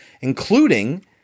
including